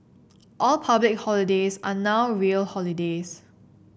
all public holidays are now real holidays